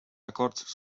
acords